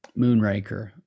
Moonraker